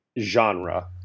genre